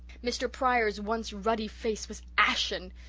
mr. pryor's once ruddy face was ashen.